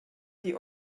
die